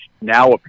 now